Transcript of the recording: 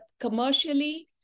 commercially